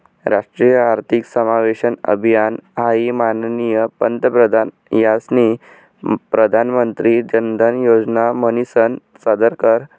राष्ट्रीय आर्थिक समावेशन अभियान हाई माननीय पंतप्रधान यास्नी प्रधानमंत्री जनधन योजना म्हनीसन सादर कर